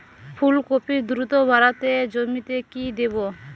ফুলকপি দ্রুত বাড়াতে জমিতে কি দেবো?